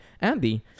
Andy